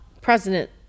President